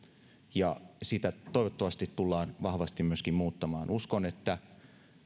ja niitä toivottavasti tullaan vahvasti myöskin muuttamaan uskon että